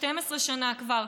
12 שנה כבר,